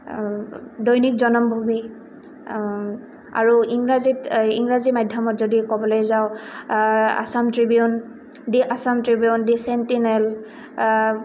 দৈনিক জনমভূমি আৰু ইংৰাজীত ইংৰাজী মাধ্যমত যদি ক'বলৈ যাওঁ Assam Tribune the Assam Tribune the sentinel